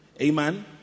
Amen